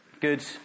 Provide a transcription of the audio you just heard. Good